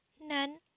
None